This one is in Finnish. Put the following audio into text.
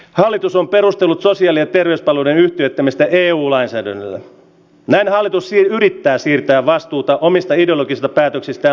hallitus on perustellut asian eteen ja talouden yhtiöittämistä eun lainsäädännöllä nenä oli tosin yrittää siirtää vastuuta omista ideologista päätöksistä